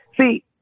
see